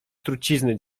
trucizny